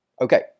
Okay